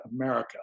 America